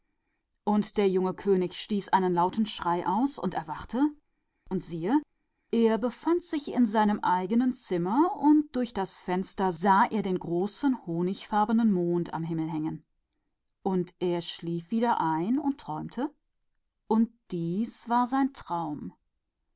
und der junge könig stieß einen lauten schrei aus und erwachte und siehe er war in seinem eigenen zimmer und durch das fenster sah er den großen honigfarbenen mond in den dämmrigen lüften hängen und er schlief wieder ein und träumte und dies war sein traum